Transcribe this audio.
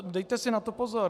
Dejte si na to pozor.